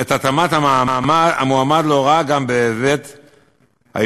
את התאמת המועמד להוראה גם בהיבט האישיותי.